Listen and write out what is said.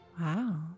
Wow